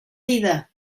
dida